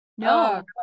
No